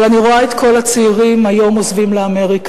אבל אני רואה את כל הצעירים היום עוזבים לאמריקה.